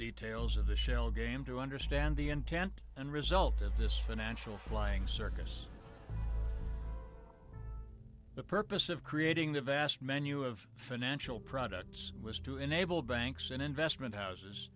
details of the shell game to understand the intent and result of this financial flying circus the purpose of creating the vast menu of financial products was to enable banks and investment houses